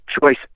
choice